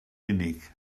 unig